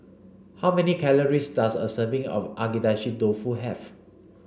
how many calories does a serving of Agedashi Dofu have